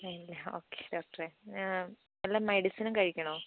അ okay ഡോക്ടറെ വല്ല മെഡിസിനും കഴിക്കണോ